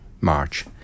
March